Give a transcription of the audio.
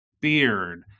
beard